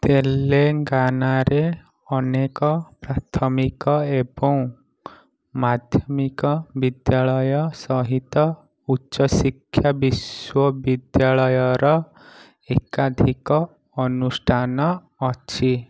ତେଲେଙ୍ଗାନାରେ ଅନେକ ପ୍ରାଥମିକ ଏବଂ ମାଧ୍ୟମିକ ବିଦ୍ୟାଳୟ ସହିତ ଉଚ୍ଚ ଶିକ୍ଷା ବିଶ୍ୱବିଦ୍ୟାଳୟର ଏକାଧିକ ଅନୁଷ୍ଠାନ ଅଛି